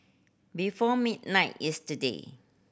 before midnight yesterday